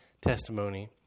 testimony